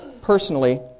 personally